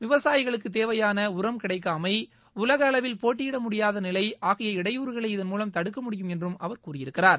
விவசாயிகளுக்குத் தேவையான உரம் கிடைக்காமை உலகளவில் போட்டியிட முடியாத நிலை ஆகிய இடையூறுகளை இதன் மூலம் தடுக்க முடியும் என்றும் அவர் கூறியிருக்கிறார்